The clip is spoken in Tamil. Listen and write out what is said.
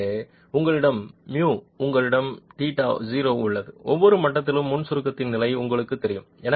எனவே உங்களிடம் μ உங்களிடம் τ0 உள்ளது ஒவ்வொரு மட்டத்திலும் முன் சுருக்கத்தின் நிலை உங்களுக்குத் தெரியும்